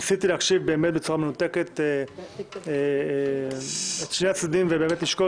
ניסיתי להקשיב באמת בצורה מנותקת לשני הצדדים ובאמת לשקול,